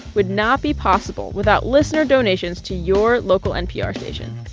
would not be possible without listener donations to your local npr station.